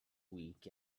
week